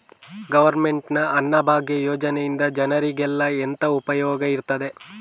Government ನ ಅನ್ನಭಾಗ್ಯ ಯೋಜನೆಯಿಂದ ಜನರಿಗೆಲ್ಲ ಎಂತ ಉಪಯೋಗ ಇರ್ತದೆ?